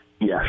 Yes